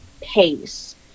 pace